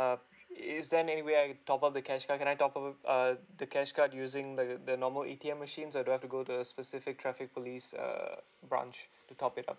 uh is there any anywhere I top up the cash card can I top up uh the cash card using like the normal A_T_M machines or do I have to go to a specific traffic police err branch to top it up